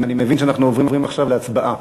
אני מבין שאנחנו עוברים עכשיו להצבעה.